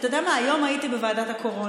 אתה יודע מה, היום הייתי בוועדת הקורונה,